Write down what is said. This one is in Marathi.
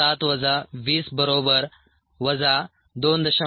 7 वजा 20 बरोबर वजा 2